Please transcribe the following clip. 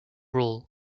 rule